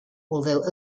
although